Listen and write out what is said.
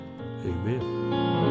Amen